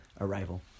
Arrival